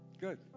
Good